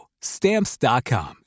Stamps.com